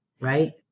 Right